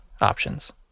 options